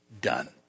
done